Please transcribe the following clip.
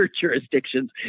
jurisdictions